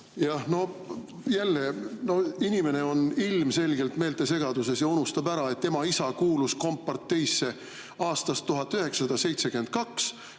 Jah, jälle. No inimene on ilmselgelt meeltesegaduses ja unustab ära, et tema isa kuulus komparteisse aastast 1972